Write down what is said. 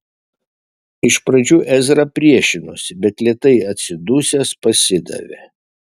iš pradžių ezra priešinosi bet lėtai atsidusęs pasidavė